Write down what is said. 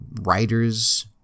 writer's